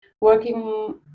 working